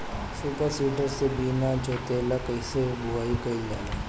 Super seeder से बीना जोतले कईसे बुआई कयिल जाला?